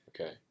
Okay